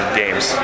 games